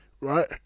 right